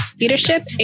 leadership